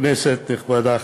כנסת נכבדה,